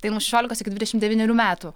tai nuo šešiolikos iki dvidešim devynerių metų